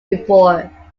before